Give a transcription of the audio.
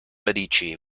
medici